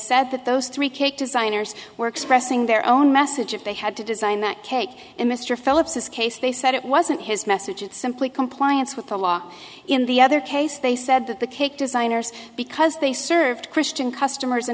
said that those three kc designers were expressing their own message if they had to design that cake in mr phillips this case they said it wasn't his message it simply compliance with the law in the other case they said that the cake designers because they served christian customers